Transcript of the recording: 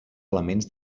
elements